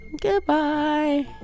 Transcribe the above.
Goodbye